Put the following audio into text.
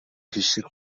хишиг